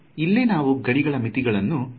ಇಲ್ಲೇ ನಾವು ಗಡಿಗಳ ಮಿತಿಯನ್ನು ಸೂಚಿಸಬಹುದಾಗಿದೆ